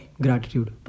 Gratitude